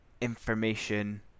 information